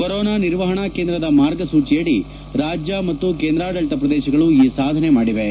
corona ನಿರ್ವಹಣಾ ಕೇಂದ್ರದ ಮಾರ್ಗಸೂಚಿಯಡಿ ರಾಜ್ಯ ಮತ್ತು ಕೇಂದ್ರಾಡಳಿತ ಪ್ರದೇಶಗಳು ಈ ಸಾಧನೆಯನ್ನು ಮಾಡಿವೆ